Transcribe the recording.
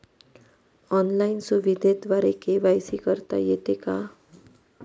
Online सुविधेद्वारे KYC करता येते का?